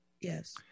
Yes